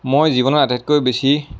মই জীৱনৰ আটাইতকৈ বেছি